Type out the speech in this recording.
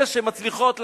אלה שמצליחות לעבוד,